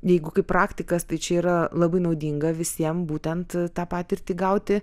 jeigu kaip praktikas tai čia yra labai naudinga visiem būtent tą patirtį gauti